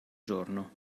giorno